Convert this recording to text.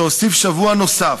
שהוסיף שבוע נוסף,